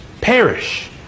Perish